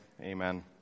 Amen